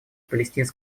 палестино